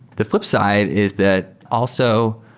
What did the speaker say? the flipside is that, also,